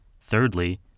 Thirdly